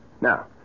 Now